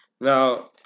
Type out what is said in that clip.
now